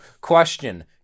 Question